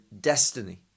destiny